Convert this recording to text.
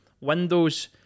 windows